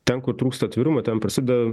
ten kur trūksta atvirumo ten prasideda